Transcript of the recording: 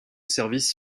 services